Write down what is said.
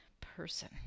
Person